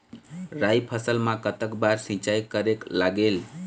राई फसल मा कतक बार सिचाई करेक लागेल?